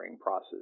process